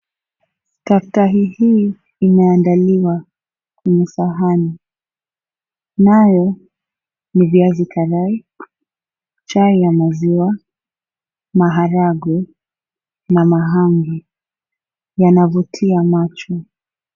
Kaka hii imeandaliwa kwenye sahani. Nayo ni viazi karai, chai ya maziwa, maharagwe na mahamri. Yanavutia macho.